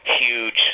huge